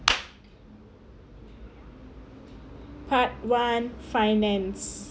part one finance